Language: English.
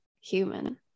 Human